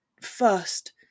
first